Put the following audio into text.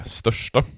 största